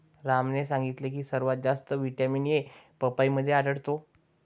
रामने सांगितले की सर्वात जास्त व्हिटॅमिन ए पपईमध्ये आढळतो